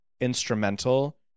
instrumental